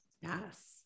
Yes